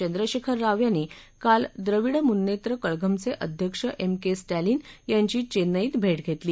चंद्रशेखर राव यांनी काल द्रवीड मुन्नेय कळघमचे अध्यक्ष एम के स्टॅलिन यांची चेन्नईत भेट घेतली